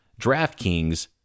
DraftKings